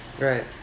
Right